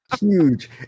huge